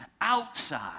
outside